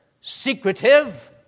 secretive